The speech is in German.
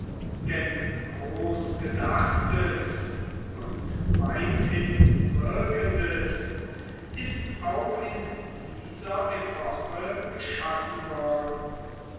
denn groß gedachtes und weithin wirkendes ist auch in dieser epoche geschaffen worden